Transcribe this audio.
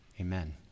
amen